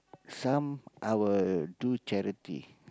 some I will do charity